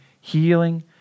healing